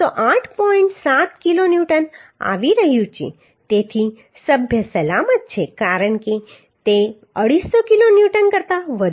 7 kilonewton આવી રહ્યું છે તેથી સભ્ય સલામત છે કારણ કે તે 250 કિલોન્યુટન કરતાં વધુ છે